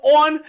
on